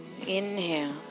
Inhale